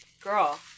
girl